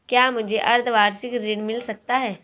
क्या मुझे अर्धवार्षिक ऋण मिल सकता है?